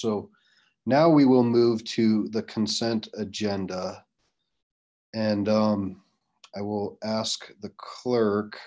so now we will move to the consent agenda and i will ask the clerk